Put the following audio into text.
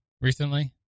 recently